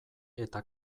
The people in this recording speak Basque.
eta